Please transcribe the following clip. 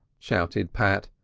shouted pat,